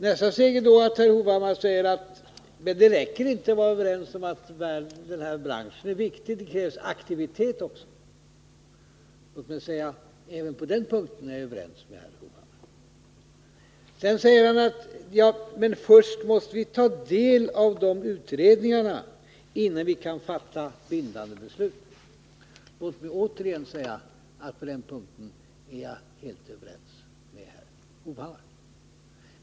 Nästa steg är då att herr Hovhammar säger att det inte räcker att vara överens om att denna bransch är viktig. Det krävs också aktivitet. Låt mig säga: Även på den punkten är jag överens med herr Hovhammar. Sedan framhåller herr Hovhammar att vi först måste ta del av utredningen innan vi kan fatta bindande beslut. Låt mig åter säga: På den punkten är jag helt överens med herr Hovhammar.